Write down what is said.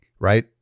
Right